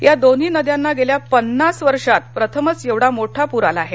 या दोन्ही नद्यांना गेल्या पन्नास वर्षात प्रथमच एवढा मोठा पूर आलाआहे